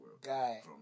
guy